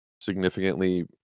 significantly